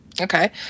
Okay